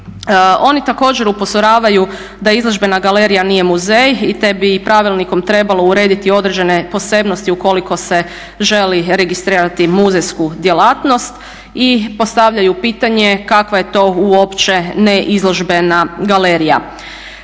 Oni također upozoravaju da izložbena galerija nije muzej i te bi pravilnikom trebalo urediti određene posebnosti u koliko se želi registrirati muzejsku djelatnost i postavljaju pitanje kakva je to uoče ne izložbena galerija?